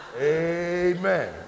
Amen